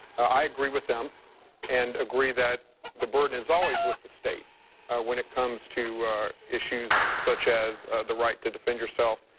i agree with them and agree that the burden is always with the state when it comes to issues such as the right to defend yourself,